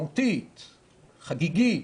מהותית, חגיגית,